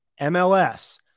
MLS